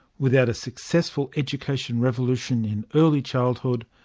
without a successful education revolution in early childhood,